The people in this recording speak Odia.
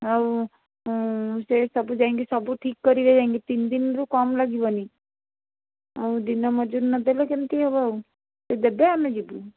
ଆଉ ସେ ସବୁ ଯାଇଁକି ସବୁ ଠିକ୍ କରିବେ ଯାଇଁକି ତିନି ଦିନରୁ କମ୍ ଲାଗିବନି ଆଉ ଦିନ ମଜୁରୀ ନ ଦେଲେ କେମିତି ହବ ଆଉ ସେ ଦେବେ ଆମେ ଯିବୁ